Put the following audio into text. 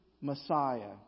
Messiah